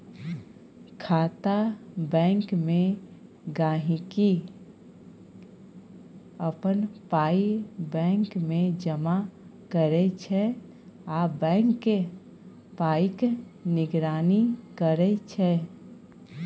खाता बैंकमे गांहिकी अपन पाइ बैंकमे जमा करै छै आ बैंक पाइक निगरानी करै छै